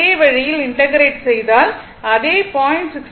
அதே வழியில் இன்டெகிரெட் செய்தால் அதே 0